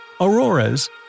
Auroras